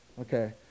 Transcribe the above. Okay